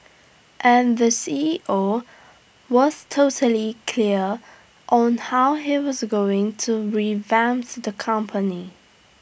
and the C E O was totally clear on how he was going to revamps the company